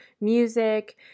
music